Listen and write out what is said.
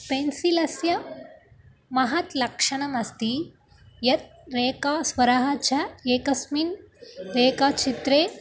पेन्सिलस्य महत् लक्षणम् अस्ति यत् रेखास्वरः च एकस्मिन् रेखाचित्रे